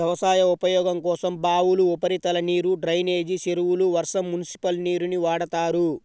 వ్యవసాయ ఉపయోగం కోసం బావులు, ఉపరితల నీరు, డ్రైనేజీ చెరువులు, వర్షం, మునిసిపల్ నీరుని వాడతారు